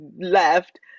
left